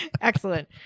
Excellent